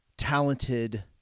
talented